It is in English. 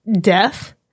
death